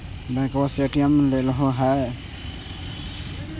बैंकवा से ए.टी.एम लेलहो है?